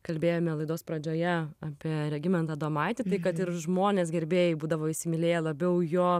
kalbėjome laidos pradžioje apie regimantą adomaitį tai kad ir žmonės gerbėjai būdavo įsimylėję labiau jo